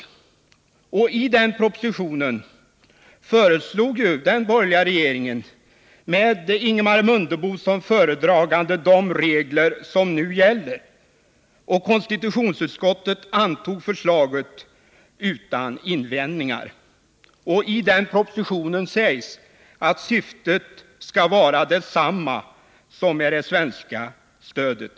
I propositionen föreslog den borgerliga regeringen, med Ingemar Mundebo som föredragande, de regler som nu gäller, och konstitutionsutskottet anslöt sig till förslaget utan invändningar. I denna proposition sägs att syftet med stödet skall vara detsamma som med det svenska presstödet.